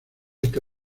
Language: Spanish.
esta